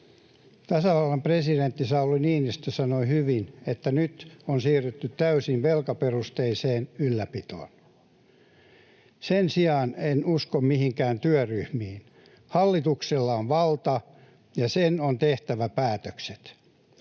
Tasavallan presidentti Sauli Niinistö sanoi hyvin, että nyt on siirrytty täysin velkaperusteiseen ylläpitoon. Sen sijaan en usko mihinkään työryhmiin. Hallituksella on valta, ja sen on tehtävä päätökset.